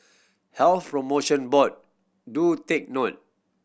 Health Promotion Board do take note